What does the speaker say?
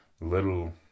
little